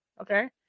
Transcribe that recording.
Okay